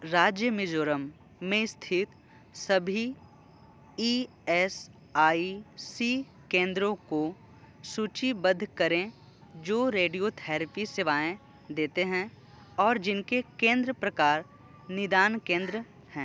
राज्य मिज़ोरम में स्थित सभी ई एस आई सी केंद्रों को सूचीबद्ध करें जो रेडियो थेरेपी सेवाएँ देते है और जिनके केंद्र प्रकार निदान केंद्र हैं